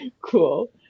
Cool